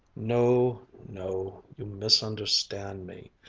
no, no you misunderstand me.